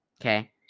Okay